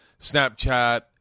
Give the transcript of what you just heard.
Snapchat